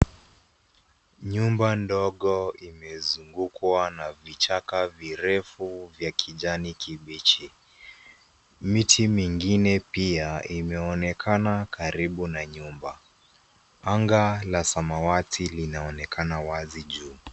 Nyumba ndogo imezungukwa na vichaka virefu vya kijani kibichi, miti mingine pia imeonekana karibu na nyumba. Anga la samawati linaonekana wazi juu.